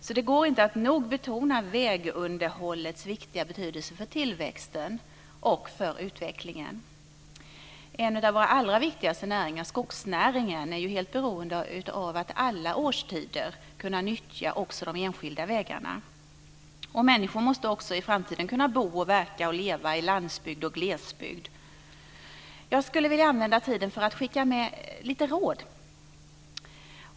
Det går alltså inte att nog betona vägunderhållets stora betydelse för tillväxten och utvecklingen. En av våra allra viktigaste näringar, skogsnäringen, är ju helt beroende av att alla årstider kunna nyttja också de enskilda vägarna, och människor måste också i framtiden kunna bo och verka på landsbygd och i glesbygd. Jag skulle vilja använda tiden till att skicka med lite råd.